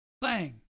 bang